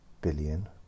billion